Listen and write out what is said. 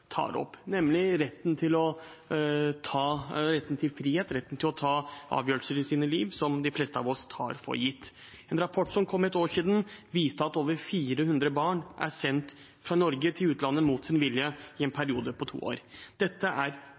tar opp, nemlig retten til frihet, retten til å ta avgjørelser i sitt liv, som de fleste av oss tar for gitt. En rapport som kom for et år siden, viste at over 400 barn er sendt fra Norge til utlandet mot sin vilje i en periode på to år. Dette er